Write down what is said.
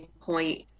point